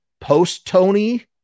Post-Tony